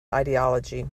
ideology